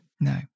No